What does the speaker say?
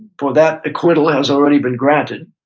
for that equivalent has already been granted.